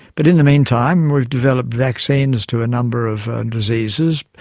but in the meantime we've developed vaccines to a number of diseases.